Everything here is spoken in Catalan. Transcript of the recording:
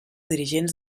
dirigents